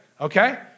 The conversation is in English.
okay